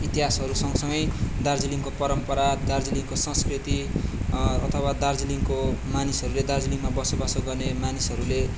इतिहासहरू सँगसँगै दार्जिलिङको परम्परा दार्जिलिङको संस्कृति अथवा दार्जिलिङको मानिसहरूले दार्जिलिङमा बसोबासो गर्ने मानिसहरूले